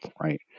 right